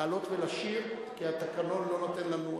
לעלות ולשיר, כי התקנון לא נותן לנו.